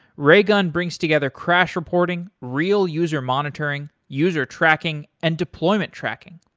raygun brings together crash reporting, real user monitoring, user tracking and deployment tracking.